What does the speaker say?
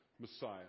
Messiah